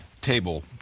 table